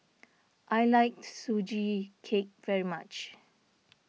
I like Sugee Cake very much